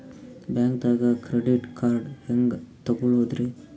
ಬ್ಯಾಂಕ್ದಾಗ credit card ಹೆಂಗ್ ತಗೊಳದ್ರಿ?